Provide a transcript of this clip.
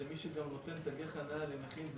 שמי שגם רוצה תגי חניה לנכים,